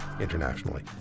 internationally